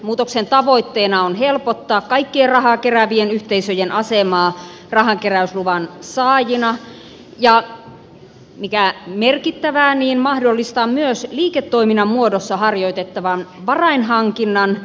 muutoksen tavoitteena on helpottaa kaikkien rahaa keräävien yhteisöjen asemaa rahankeräysluvan saajina ja mikä merkittävää mahdollistaa myös liiketoiminnan muodossa harjoitettava varainhankinta